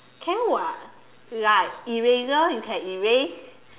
can [what] like eraser you can erase